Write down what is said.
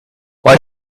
why